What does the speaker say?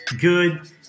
good